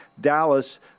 Dallas